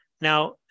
Now